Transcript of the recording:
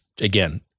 again